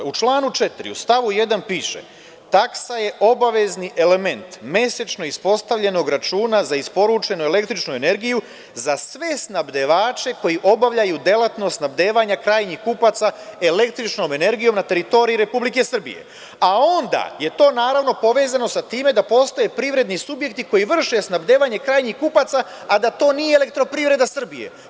U članu 4. u stavu 1. piše – taksa je obavezni element mesečno ispostavljenog računa za isporučenu električnu energiju za sve snabdevače koji obavljaju delatnost snabdevanja krajnjih kupaca električnom energijom na teritoriji Republike Srbije, a onda je to naravno, povezano sa time da postoje privredni subjekti koji vrše snabdevanje krajnjih kupaca, a da to nije EPS.